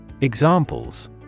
Examples